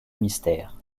mystère